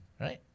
Right